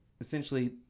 essentially